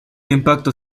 impacto